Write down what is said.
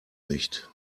nicht